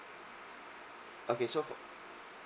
okay so fo~